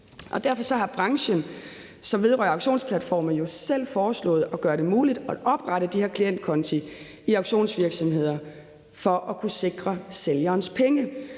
Derfor har branchen, som vedrører auktionsplatformene, jo selv foreslået at gøre det muligt at oprettet de her klientkonti i auktionsvirksomheder for at kunne sikre sælgerens penge.